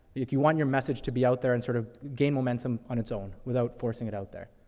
if you want your message to be out there and sort of gain momentum on its own without forcing it out there,